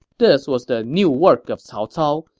this was the new work of cao cao,